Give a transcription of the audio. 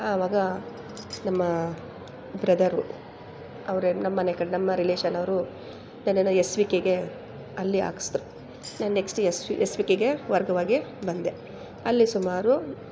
ಆವಾಗ ನಮ್ಮ ಬ್ರದರು ಅವರೆ ನಮ್ಮನೆ ಕಡೆ ನಮ್ಮ ರಿಲೇಶನವರು ನನ್ನನ್ನು ಎಸ್ ವಿ ಕೆಗೆ ಅಲ್ಲಿ ಹಾಕ್ಸಿದ್ರು ನಾನು next S V S V ಕೆಗೇ ವರ್ಗವಾಗಿ ಬಂದೆ ಅಲ್ಲಿ ಸುಮಾರು